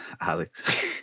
Alex